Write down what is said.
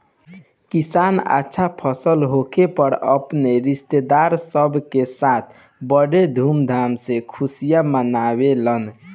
किसान अच्छा फसल होखे पर अपने रिस्तेदारन सब के साथ बड़ी धूमधाम से खुशी मनावेलन